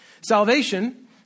Salvation